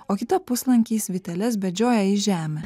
o kita puslankiais vyteles bedžioja į žemę